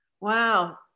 Wow